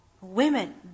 women